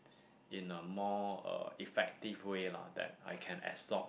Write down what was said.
in a more uh effective way lah that I can absorb